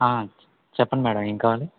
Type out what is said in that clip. చె చెప్పండి మేడం ఏం కావాలి